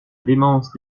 démence